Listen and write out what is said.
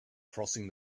crossing